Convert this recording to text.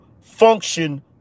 function